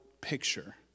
picture